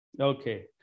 Okay